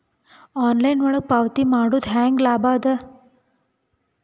Online ಒಳಗ ಪಾವತಿ ಮಾಡುದು ಹ್ಯಾಂಗ ಲಾಭ ಆದ?